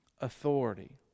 authority